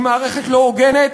היא מערכת לא הוגנת,